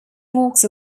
walks